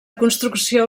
construcció